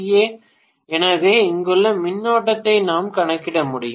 ஏ எனவே இங்குள்ள மின்னோட்டத்தை நாம் கணக்கிட முடியும்